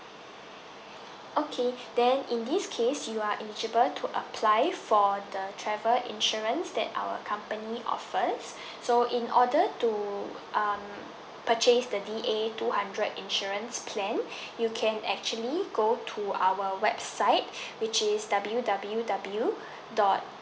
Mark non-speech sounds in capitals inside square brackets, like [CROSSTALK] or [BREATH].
okay then in this case you are eligible to apply for the travel insurance that our company offers so in order to um purchase the D A two hundred insurance plan [BREATH] you can actually go to our website which is W W W dot